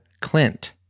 Clint